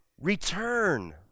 return